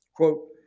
Quote